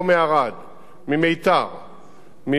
מעומר, מכל האזור המזרחי,